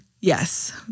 Yes